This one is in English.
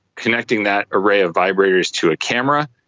connecting that array of vibrators to a camera,